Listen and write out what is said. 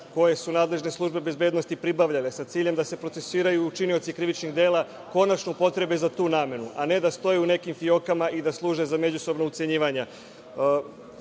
koje su nadležne službe bezbednosti pribavljale sa ciljem da se procesuiraju učinioci krivičnih dela konačno upotrebe za tu namenu, a ne da stoje u nekim fijokama i da služe za međusobna ucenjivanja